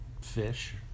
fish